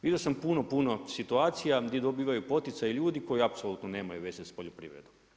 Vidio sam puno, puno situacija gdje dobivaju poticaje ljudi koji apsolutno nemaju veze sa poljoprivredom.